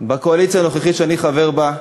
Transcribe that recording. בקואליציה הנוכחית שאני חבר בה,